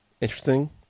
Interesting